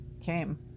came